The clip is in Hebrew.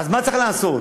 אז מה צריך לעשות?